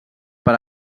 per